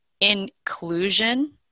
inclusion